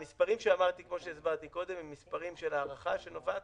המספרים שהסברתי ואמרתי קודם הם מספרים של הערכה שנובעת